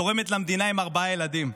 תורמת למדינה עם ארבעה ילדים.